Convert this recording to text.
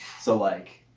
so, like,